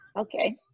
Okay